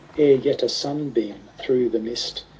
yet a simbeam, through the mist,